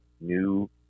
new